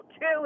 two